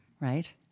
Right